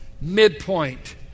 Midpoint